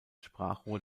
sprachrohr